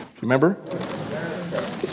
Remember